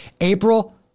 April